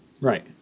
Right